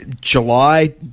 July